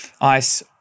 ice